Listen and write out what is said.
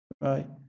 right